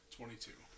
Twenty-two